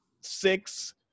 six